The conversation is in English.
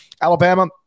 Alabama